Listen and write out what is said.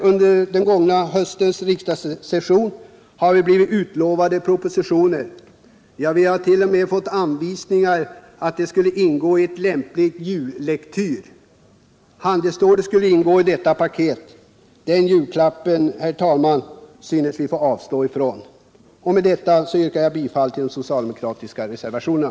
Under den gångna höstsessionen har vi blivit utlovade propositioner. Vi hart.o.m. fått anvisningar om att de skulle ingå i lämplig jullektyr. Propositionen om handelsstålet skulle ingå i det paketet. Den julklappen, herr talman, synes vi få avstå från. Med detta yrkar jag bifall till de socialdemokratiska reservationerna.